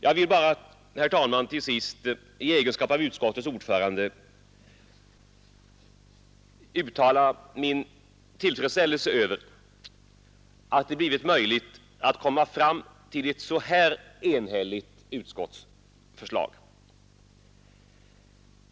Jag vill, herr talman, till sist i egenskap av utskottets ordförande uttala min tillfredsställe över att det blivit möjligt att komma fram till ett så här enhälligt utskottsförslag.